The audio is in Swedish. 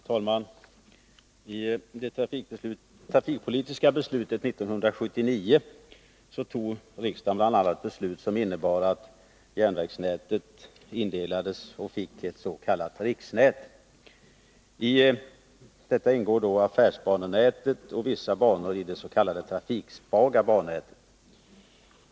Herr talman! Riksdagens trafikpolitiska beslut 1979 innebar bl.a. att järnvägsnätet indelades och att landet fick ett s.k. riksnät. I detta ingår affärsbanenätet och vissa banor i det s.k. trafiksvaga bannätet.